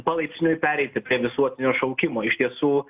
palaipsniui pereiti prie visuotinio šaukimo iš tiesų